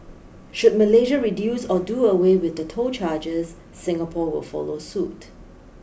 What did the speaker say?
should Malaysia reduce or do away with the toll charges Singapore will follow suit